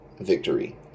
victory